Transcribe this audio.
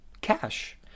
cash